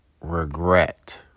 regret